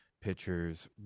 pictures